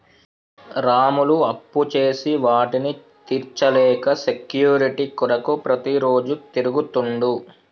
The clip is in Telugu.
రాములు అప్పుచేసి వాటిని తీర్చలేక సెక్యూరిటీ కొరకు ప్రతిరోజు తిరుగుతుండు